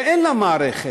שאין לה מערכת,